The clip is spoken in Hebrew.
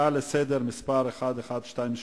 ונדליזם בעבדת, הצעה לסדר-היום שמספרה 1128,